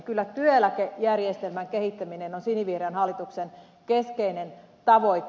kyllä työeläkejärjestelmän kehittäminen on sinivihreän hallituksen keskeinen tavoite